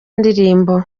ndirimbo